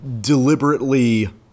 deliberately